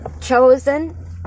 chosen